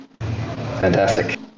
Fantastic